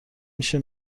میشه